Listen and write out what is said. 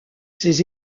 ses